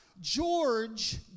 George